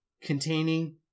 containing